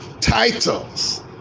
titles